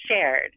shared